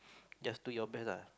just do your best uh